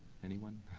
anyone?